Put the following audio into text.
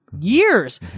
years